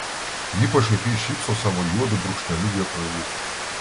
ji pašaipiai šypso savo juodu brūkšneliu vietoj lūpų